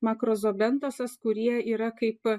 makrozoobentosas kurie yra kaip